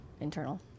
Internal